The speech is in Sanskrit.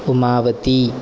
उमावती